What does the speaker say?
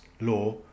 law